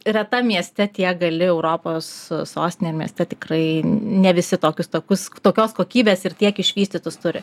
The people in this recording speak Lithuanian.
retam mieste tiek gali europos sostinė mieste tikrai ne visi tokius takus tokios kokybės tu tiek išvystytas turi